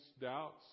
doubts